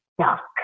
stuck